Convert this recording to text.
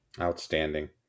Outstanding